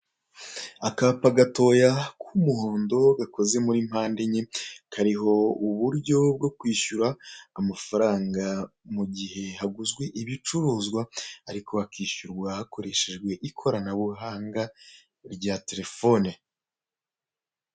Akapa gatoya k'umuhondo gakozwe muri mpande enye. Kariho uburyo bwo kwishyura amafaranga mu gihe haguzwe ibicuruzwa, ariko hakishyurwa hakoreshejwe ikoranabuhanga rya terefone.